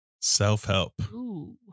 Self-help